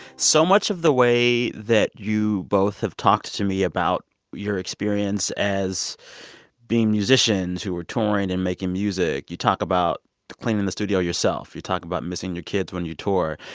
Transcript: so much of the way that you both have talked to me about your experience as being musicians, who are touring and making music you talk about cleaning the studio yourself. you talk about missing your kids when you tour.